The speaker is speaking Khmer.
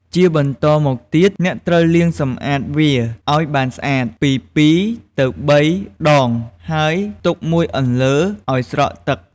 ជាបន្តមកទៀតអ្នកត្រូវលាងសម្អាតវា ឱ្យបានស្អាត ពី ២ ទៅ ៣ ដង ហើយទុកមួយអន្លើឱ្យស្រក់ទឹក។